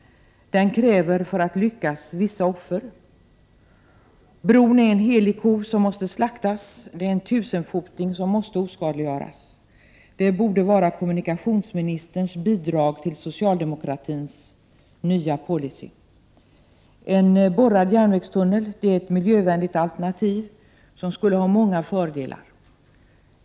Den kräver, för att man skall lyckas, vissa offer. Bron är en helig ko som måste slaktas; den är en tusenfoting som måste oskadliggöras. Det borde vara kommunikationsministerns bidrag till socialdemokratins nya policy. En borrad järnvägstunnel är ett miljövänligt alternativ, som skulle ha många fördelar.